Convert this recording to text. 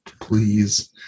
please